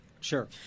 Sure